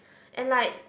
and like